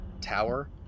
tower